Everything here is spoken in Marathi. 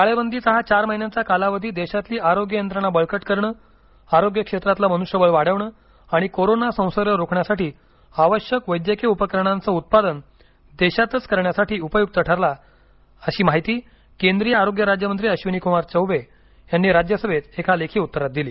टाळेबंदीचा हा चार महिन्यांचा कालावधी देशातली आरोग्य यंत्रणा बळकट करणं आरोग्य क्षेत्रातलं मनुष्यबळ वाढवणं आणि कोरोना संसर्ग रोखण्यासाठी आवश्यक वैद्यकीय उपकरणांचं उत्पादन देशातच करण्यासाठी उपयुक्त ठरला असल्याची माहिती केंद्रीय आरोग्य राज्य मंत्री अश्विनी कुमार चौबे यांनी राज्यसभेत एका लेखी उत्तरात दिली